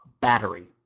battery